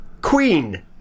Queen